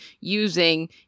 using